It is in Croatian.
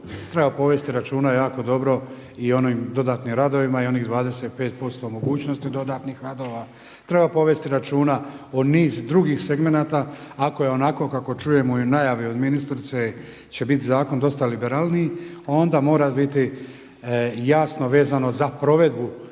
treba povesti računa jako dobro i o onim dodatnim radovima i onih 25% mogućnosti dodatnih radova. Treba povesti računa o niz drugih segmenata. Ako je onako kako čujemo i u najavi od ministrice će biti zakon dosta liberalniji onda mora biti jasno vezano za provedbu